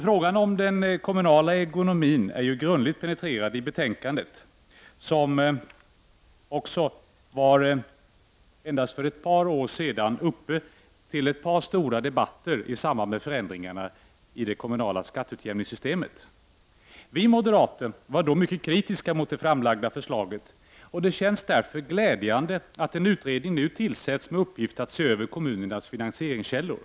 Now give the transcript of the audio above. Frågan om den kommunala ekonomin är ju grundligt penetrerad i betänkandet, och den var för endast ett par år sedan föremål för ett par stora debatter i samband med förändringarna i det kommunala skatteutjämningssystemet. Vi moderater var då mycket kritiska mot det framlagda förslaget, och det känns därför glädjande att en utredning nu tillsätts med uppgift att se över kommunernas finansieringskällor.